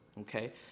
okay